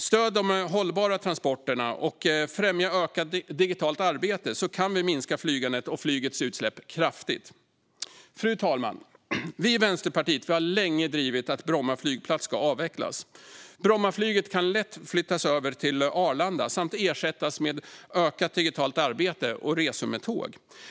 Stöd de hållbara transporterna och främja ökat digitalt arbete, så kan vi minska flygandet och flygets utsläpp kraftigt! Fru talman! Vi i Vänsterpartiet har länge drivit att Bromma flygplats ska avvecklas. Brommaflyget kan lätt flyttas över till Arlanda samt ersättas med ökat digitalt arbete och resor med tåg.